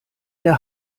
der